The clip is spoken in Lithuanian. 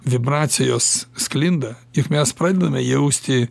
vibracijos sklinda juk mes pradedame jausti